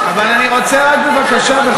אני יודעת, אבל